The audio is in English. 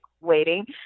waiting